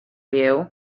you